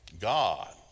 God